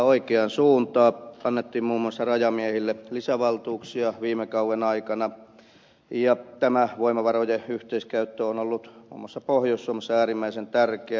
annettiin muun muassa rajamiehille lisävaltuuksia viime kauden aikana ja tämä voimavarojen yhteiskäyttö on ollut muun muassa pohjois suomessa äärimmäisen tärkeää